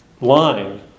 line